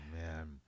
man